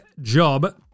job